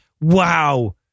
Wow